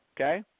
okay